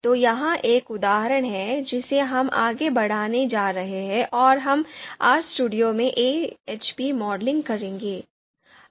तो यह एक उदाहरण है जिसे हम आगे बढ़ाने जा रहे हैं और हम RStudio में AHP मॉडलिंग करेंगे